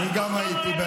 למה אתם,